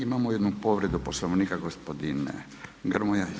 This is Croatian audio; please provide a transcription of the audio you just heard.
Imamo jednu povredu Poslovnika gospodin Grmoja.